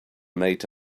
made